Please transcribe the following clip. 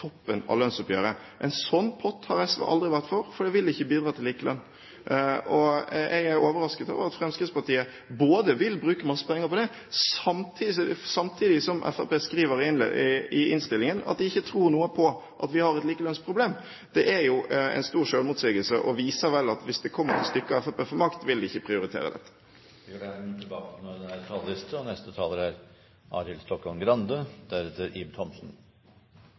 toppen av lønnsoppgjøret. En slik pott har SV aldri vært for, for det vil ikke bidra til likelønn. Og jeg er overrasket over at Fremskrittspartiet vil bruke mange penger på det, samtidig som Fremskrittspartiet skriver i innstillingen at de ikke tror noe på at vi har et likelønnsproblem. Det er jo en stor selvmotsigelse og viser vel at hvis det kommer til stykket og Fremskrittspartiet får makt, vil de ikke prioritere dette. Replikkordskiftet er dermed omme. Familie- og kulturkomiteen er